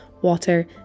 water